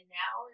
now